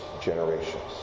generations